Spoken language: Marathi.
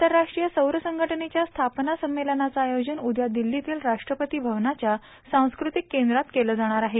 आंतरराष्ट्रीय सौर संघटनेच्या स्थापना संमेलनाचं आयोजन उद्या दिल्लीतील राष्ट्रपती भवनाच्या सांस्क्रतिक केंद्रात केलं जाणार आहे